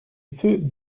feux